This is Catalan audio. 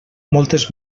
moltes